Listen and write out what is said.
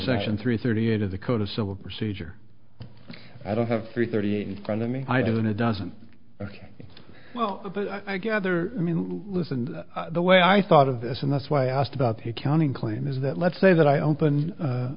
section three thirty eight of the code of civil procedure i don't have three thirty eight in front of me i don't it doesn't well i gather i mean listen the way i thought of this and that's why i asked about the counting claim is that let's say that i open a